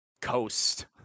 coast